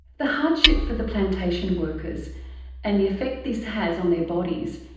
the hardship for the plantation workers and the effect this has on their bodies,